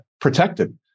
protected